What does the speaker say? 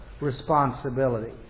responsibilities